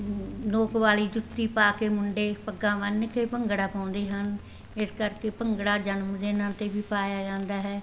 ਨੋਕ ਵਾਲੀ ਜੁੱਤੀ ਪਾ ਕੇ ਮੁੰਡੇ ਪੱਗਾਂ ਬੰਨ ਕੇ ਭੰਗੜਾ ਪਾਉਂਦੇ ਹਨ ਇਸ ਕਰਕੇ ਭੰਗੜਾ ਜਨਮ ਦਿਨਾਂ 'ਤੇ ਵੀ ਪਾਇਆ ਜਾਂਦਾ ਹੈ